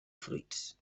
fruits